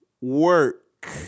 work